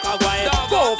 go